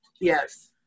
Yes